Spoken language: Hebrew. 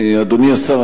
אדוני השר,